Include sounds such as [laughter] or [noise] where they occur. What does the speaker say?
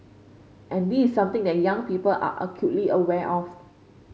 and this something that young people are acutely aware of [unintelligible]